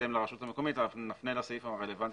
בהתאם לרשות המקומית ואנחנו נפנה לסעיף הרלוונטי